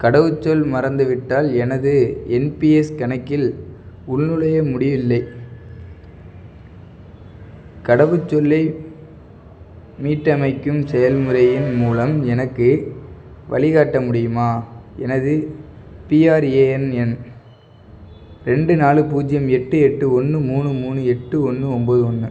கடவுச்சொல் மறந்துவிட்டால் எனது என்பிஎஸ் கணக்கில் உள்நுழைய முடியவில்லை கடவுச்சொல்லை மீட்டமைக்கும் செயல்முறையின் மூலம் எனக்கு வழிகாட்ட முடியுமா எனது பிஆர்ஏஎன் எண் ரெண்டு நாலு பூஜ்ஜியம் எட்டு எட்டு ஒன்று மூணு மூணு எட்டு ஒன்று ஒம்பது ஒன்று